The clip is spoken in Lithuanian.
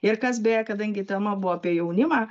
ir kas beje kadangi tema buvo apie jaunimą